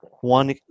one